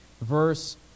Verse